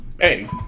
Hey